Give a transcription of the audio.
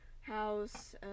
house